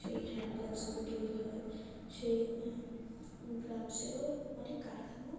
সেই হ্যান্ড গ্লাভসগুলো তৈরি হয় সেই গ্লাভসেরও অনেক কারখানা